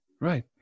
Right